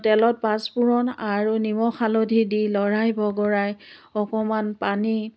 তেলত পাঁচ পোৰণ আৰু নিমখ হালধি দি লৰাই বগৰাই অকণমান পানী